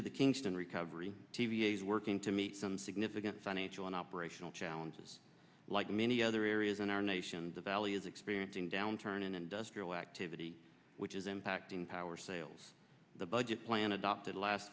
to the kingston recovery t v s working to meet some significant financial and operational challenges like many other areas in our nation the valley is experiencing downturn in industrial activity which is impacting power sales the budget plan